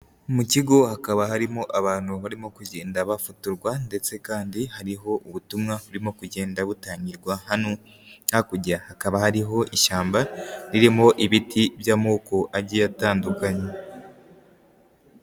Mu kigo hakaba harimo abantu barimo kugenda bafotorwa ndetse kandi hariho ubutumwa burimo kugenda butangirwa hano, hakurya hakaba hariho ishyamba, ririmo ibiti by'amoko agiye atandukanye.